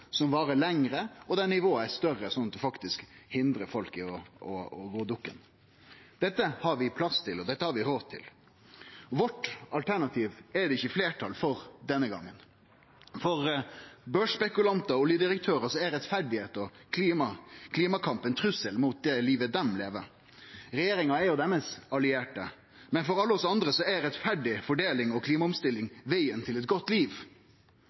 som varer lenger, og der nivået er høgare, sånn at ein faktisk hindrar folk i å gå dukken. Dette har vi plass til, og dette har vi råd til. Vårt alternativ er det ikkje fleirtal for denne gongen. For børsspekulantar og oljedirektørar er rettferd og klimakamp ein trussel mot det livet dei lever. Regjeringa er jo deira allierte. Men for alle oss andre er rettferdig fordeling og klimaomstilling vegen til eit godt liv.